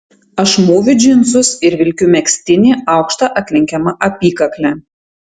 aš mūviu džinsus ir vilkiu megztinį aukšta atlenkiama apykakle